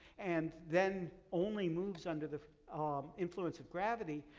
and then only moves under the um influence of gravity.